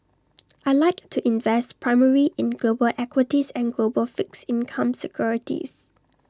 I Like to invest primarily in global equities and global fixed income securities